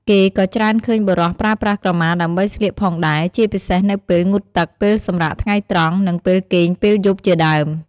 គេក៏ច្រើនឃើញបុរសប្រើប្រាស់ក្រមាដើម្បីស្លៀកផងដែរ ជាពិសេសនៅពេល ងូតទឹក ពេលសម្រាកថ្ងៃត្រង់ និងពេលគេងពេលយប់ជាដើម។